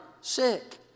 sick